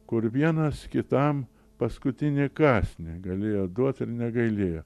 kur vienas kitam paskutinį kąsnį galėjo duot ir negailėjo